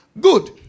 Good